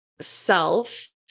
self